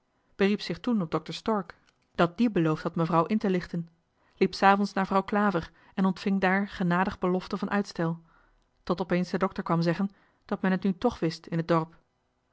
beriep zich toen op dokter stork dat die beloofd had mevrouw in te lichten liep s avonds naar vrouw klaver en ontving daar genadig belofte van uitstel tot opeens de dokter kwam zeggen dat men het nu toch wist in het dorp